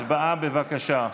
הצבעה, בבקשה.